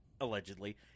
Allegedly